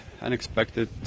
unexpected